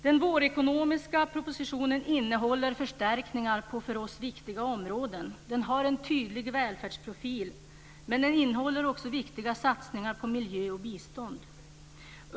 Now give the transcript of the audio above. Den vårekonomiska propositionen innehåller förstärkningar på för oss viktiga områden. Den har en tydlig välfärdsprofil, men den innehåller också viktiga satsningar på miljö och bistånd.